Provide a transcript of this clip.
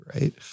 right